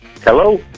Hello